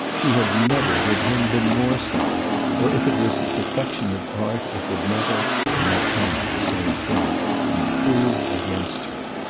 she had never, with him, been more so or if it was the perfection of art it would never and that came to the same thing be proved against her.